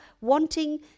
wanting